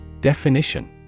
Definition